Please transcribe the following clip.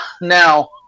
Now